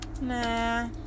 Nah